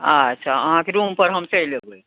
अच्छा अहाँके रूमपर हम चैलि अयबै